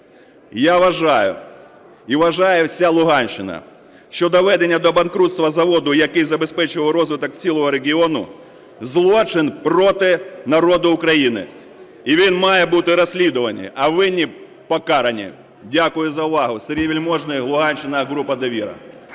Я вважаю, і вважає вся Луганщина, що доведення до банкрутства заводу, який забезпечував розвиток цілого регіону – злочин проти народу України, і він має бути розслідуваний, а винні покарані. Дякую за увагу. Сергій Вельможний, Луганщина, група "Довіра".